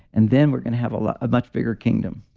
and then we're going to have a like ah much bigger kingdom.